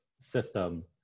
system